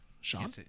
Sean